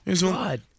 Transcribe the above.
God